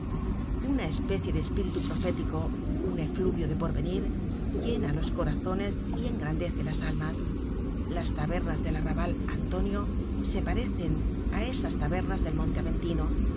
una especie de espíritu profético un efluvio de porvenir llena los corazones y engrandece las almas las tabernas del arrabal antonio se parecen á esas tabernas del monte aventino